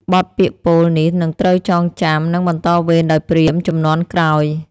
បទពាក្យពោលនេះនឹងត្រូវចងចាំ និងបន្តវេនដោយព្រាហ្មណ៍ជំនាន់ក្រោយ។